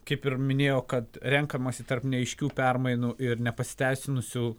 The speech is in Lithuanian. kaip ir minėjau kad renkamasi tarp neaiškių permainų ir nepasiteisinusių